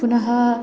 पुनः